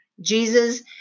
Jesus